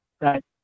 right